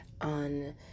on